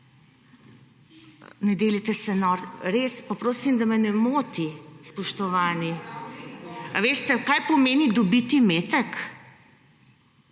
Ne delajte se norca, res. Pa prosim, da me ne moti, spoštovani. A veste, kaj pomeni dobiti metek?